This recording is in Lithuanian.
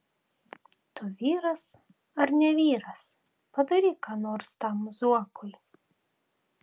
tu vyras ar ne vyras padaryk ką nors tam zuokui